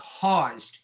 caused